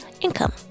income